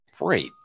great